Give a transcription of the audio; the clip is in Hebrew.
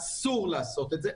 אסור לעשות את זה,